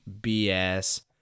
BS